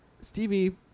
Stevie